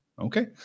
Okay